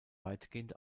weitgehend